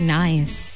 nice